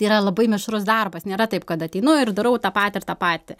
yra labai mišrus darbas nėra taip kad ateinu ir darau tą patį ir tą patį